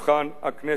אדוני היושב-ראש,